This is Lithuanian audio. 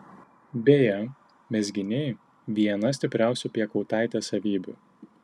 beje mezginiai viena stipriausių piekautaitės savybių